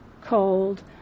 cold